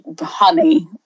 Honey